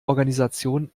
organisation